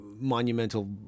monumental